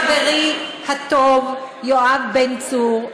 חברי הטוב יואב בן צור,